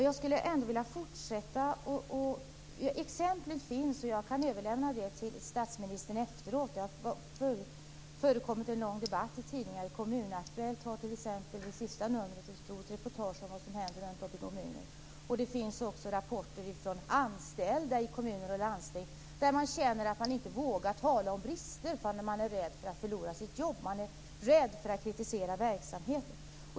Herr talman! Exempel finns, och jag kan överlämna det till statsministern efteråt. Det har förekommit en lång debatt i tidningar. Kommun Aktuellt har t.ex. i det senaste numret ett stort reportage om vad som händer runt om i kommunerna. Det finns också rapporter från anställda i kommuner och landsting som känner att man inte vågar tala om brister därför att man är rädd för att förlora sitt jobb. Man är rädd för att kritisera verksamheten.